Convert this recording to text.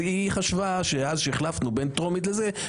היא חשבה אז שהחלפנו בין טרומית לזה,